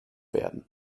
werden